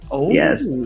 Yes